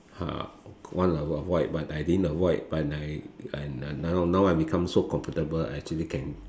uh wanna avoid but I didn't avoid but I I now I become so comfortable actually can